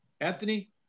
Anthony